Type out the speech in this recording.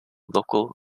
local